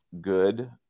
good